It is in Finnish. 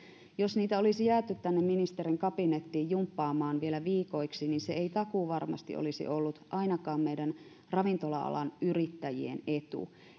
olisi jääty tänne ministerin kabinettiin jumppaamaan vielä viikoiksi niin se ei takuuvarmasti olisi ollut ainakaan meidän ravintola alan yrittäjien etu